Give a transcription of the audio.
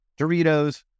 Doritos